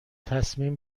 تصمیم